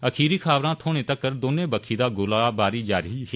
अखीरी खबरां थ्होने तक्कर दौनें बक्खी दा गोलीबारी जारी ही